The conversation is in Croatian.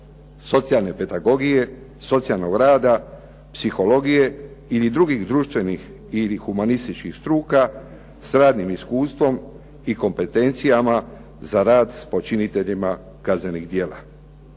socijalne pedagogije, socijalnog rada, psihologije ili drugih društvenih ili humanističkih struka s radnim iskustvom i kompetencijama za rad s počiniteljima kaznenih djela.